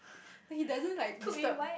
like he doesn't like disturb